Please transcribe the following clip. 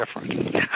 different